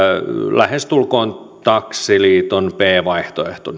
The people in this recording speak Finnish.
lähestulkoon taksiliiton b vaihtoehto